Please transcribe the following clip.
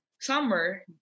summer